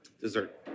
Dessert